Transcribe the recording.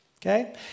Okay